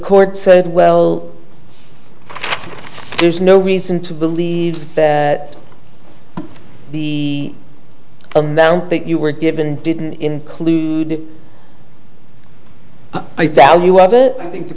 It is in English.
court said well there's no reason to believe that the amount that you were given didn't include i value of it i think the